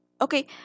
Okay